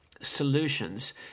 solutions